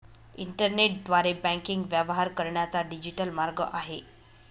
इंटरनेटद्वारे बँकिंग व्यवहार करण्याचा डिजिटल मार्ग आहे